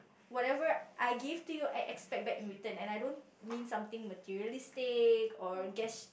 whatever I give to you I expect back in return and I don't mean something materialistic or gues~